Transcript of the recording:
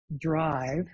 drive